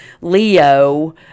Leo